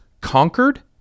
conquered